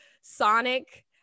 Sonic